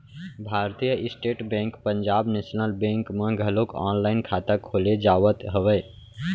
भारतीय State Bank Punjab National Bank म घलोक ऑनलाईन खाता खोले जावत हवय